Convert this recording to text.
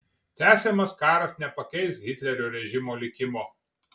tęsiamas karas nepakeis hitlerio režimo likimo